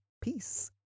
peace